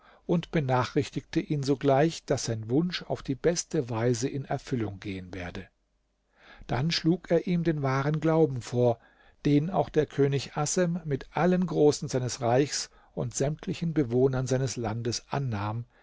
und benachrichtigte ihn sogleich daß sein wunsch auf die beste weise in erfüllung gehen werde dann schlug er ihm den wahren glauben vor den auch der könig assem mit allen großen seines reichs und sämtlichen bewohnern seines landes annahm